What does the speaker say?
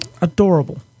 Adorable